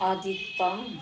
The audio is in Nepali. अधिकतम